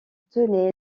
tenait